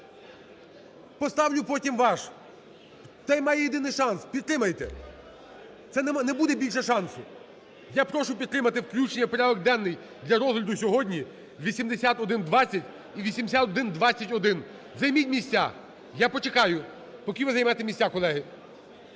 Поставлю потім ваш. Цей має єдиний шанс. Підтримайте. Це не буде більше шансу. Я прошу підтримати включення в порядок денний для розгляду сьогодні 8120 і 8121. Займіть місця. Я почекаю поки ви займете місця, колеги.